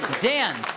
Dan